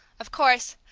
of course,